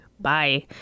bye